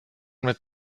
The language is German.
mit